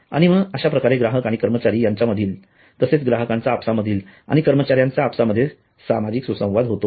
आणि मग अश्या प्रकारे ग्राहक आणि कर्मचारी यांच्या मधील तसेच ग्राहकांचा आपसामधील आणि कर्मचाऱ्यांचा आपसामध्ये सामाजिक सुसंवाद होतो